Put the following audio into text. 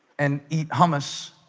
and eat hummus